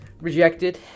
rejected